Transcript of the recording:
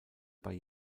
bei